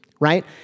right